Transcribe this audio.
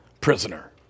prisoner